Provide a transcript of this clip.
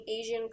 asian